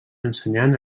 ensenyant